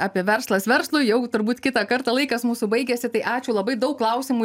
apie verslas verslui jau turbūt kitą kartą laikas mūsų baigėsi tai ačiū labai daug klausimų